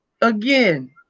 Again